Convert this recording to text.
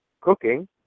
cooking